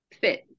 fit